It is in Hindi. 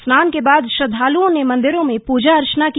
स्नान के बाद श्रद्वालुओं ने मंदिरों में पूजा अर्चना की